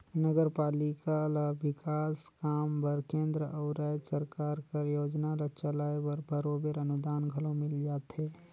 नगरपालिका ल बिकास काम बर केंद्र अउ राएज सरकार कर योजना ल चलाए बर बरोबेर अनुदान घलो मिल जाथे